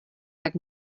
tak